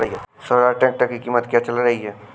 Swaraj tractor की कीमत क्या चल रही है?